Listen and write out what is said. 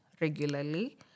regularly